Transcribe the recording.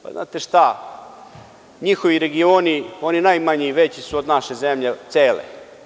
Pa, znate šta, njihovi regioni, oni najmanji, veći su od naše zemlje cele.